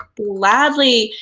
gladly.